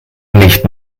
nicht